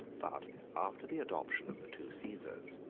but after the adoption of the two caesars,